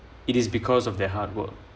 it is because of their hard work